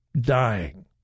Dying